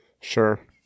Sure